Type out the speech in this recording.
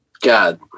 God